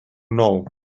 know